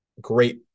great